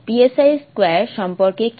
2 সম্পর্কে কি